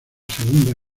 segunda